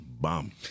Bomb